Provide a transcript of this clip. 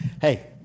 Hey